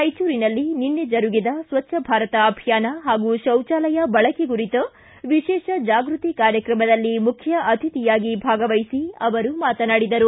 ರಾಯಚೂರಿನಲ್ಲಿ ನಿನ್ನೆ ಜರುಗಿದ ಸ್ವಚ್ವ ಭಾರತ ಅಭಿಯಾನ ಹಾಗೂ ಶೌಚಾಲಯ ಬಳಕೆ ಕುರಿತ ವಿಶೇಷ ಜಾಗೃತಿ ಕಾರ್ಯಕ್ರಮದಲ್ಲಿ ಮುಖ್ಯ ಅಥಿತಿಯಾಗಿ ಭಾಗವಹಿಸಿ ಅವರು ಮಾತನಾಡಿದರು